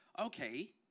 okay